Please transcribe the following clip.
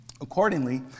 Accordingly